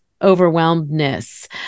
overwhelmedness